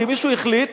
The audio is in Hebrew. כי מישהו החליט